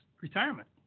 retirement